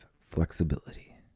Flexibility